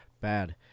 bad